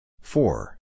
Four